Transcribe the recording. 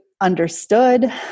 understood